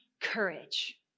courage